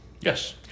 Yes